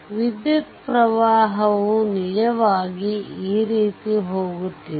ವಿದ್ಯುತ್ ಪ್ರವಾಹವು ನಿಜವಾಗಿ ಈ ರೀತಿ ಹೋಗುತ್ತಿದೆ